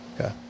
Okay